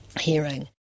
hearing